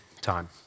time